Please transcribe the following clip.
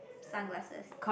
sunglasses